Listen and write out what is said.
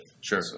Sure